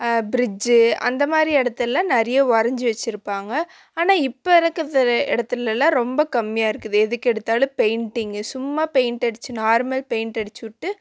fridge அந்தமாதிரி இடத்துல நிறைய வரைஞ்சி வச்சுருப்பாங்க ஆனால் இப்போ இருக்கிறது இடத்துலலாம் ரொம்ப கம்மியாக இருக்குது எதுக்கெடுத்தாலும் பெயிண்ட்டிங்கு சும்மா பெயிண்ட் அடித்து நார்மல் பெயிண்ட் அடிச்சுவிட்டு